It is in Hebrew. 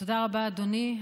תודה רבה, אדוני.